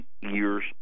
years